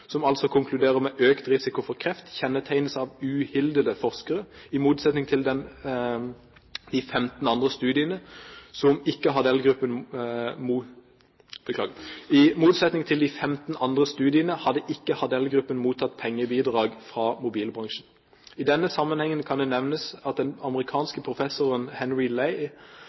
som altså konkluderer med økt risiko for kreft, kjennetegnes av uhildede forskere. I motsetning til de 15 andre studiene hadde ikke Hardell-gruppen mottatt pengebidrag fra mobilbransjen. I denne sammenhengen kan det nevnes at den amerikanske professoren Henry